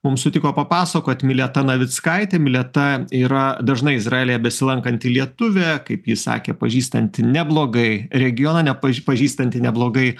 mum sutiko papasakot mileta navickaitė mileta yra dažnai izraelyje besilankanti lietuvė kaip ji sakė pažįstanti neblogai regioną nepa pažįstanti neblogai